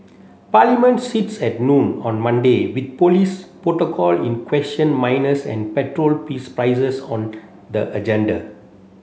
parliament sits at noon on Monday with police protocol in question minors and petrol peace prices on the agenda